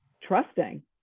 trusting